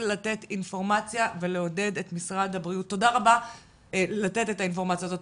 לתת אינפורמציה ויעודד את משרד הבריאות לתת את האינפורמציה הזאת.